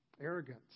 arrogance